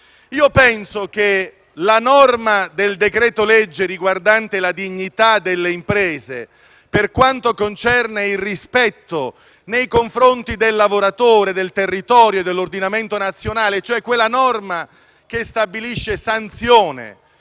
Penso che la norma del decreto-legge riguardante la dignità delle imprese per quanto concerne il rispetto nei confronti del lavoratore, del territorio, dell'ordinamento nazionale, cioè quella norma che stabilisce delle sanzioni,